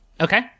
Okay